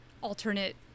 alternate